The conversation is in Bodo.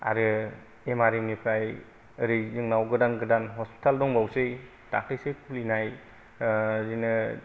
आरो एम आर एम एरै जोंनाव गोदान गोदान हस्पिटाल दंबावसै दाख्लिसो खुलिनाय बिदिनो